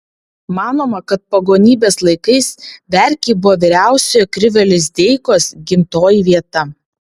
manoma kad pagonybės laikais verkiai buvo vyriausiojo krivio lizdeikos gimtoji vieta